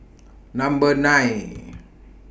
Number nine